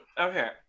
okay